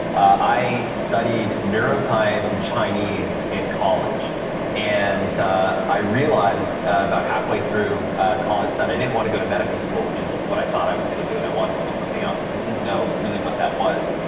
i studied neuroscience and chinese in college and i realized about halfway through college that i didn't want to go to medical school, which is what i thought i was going to do, and i want to do something else. i just didn't know really what that was.